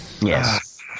Yes